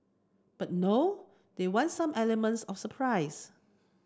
but no they want some elements of surprise